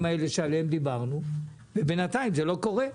האלה שעליהם דיברנו ובינתיים זה לא קורה.